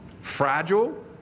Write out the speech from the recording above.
fragile